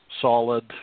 solid